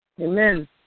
Amen